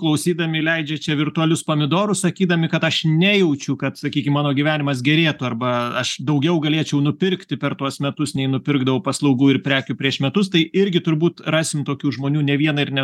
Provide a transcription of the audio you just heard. klausydami leidžia čia virtualius pamidorus sakydami kad aš nejaučiu kad sakykim mano gyvenimas gerėtų arba aš daugiau galėčiau nupirkti per tuos metus nei nupirkdavau paslaugų ir prekių prieš metus tai irgi turbūt rasim tokių žmonių ne vieną ir ne